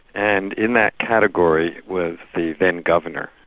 and in that category was the then governor,